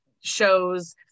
shows